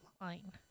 line